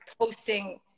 posting